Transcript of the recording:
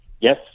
Yes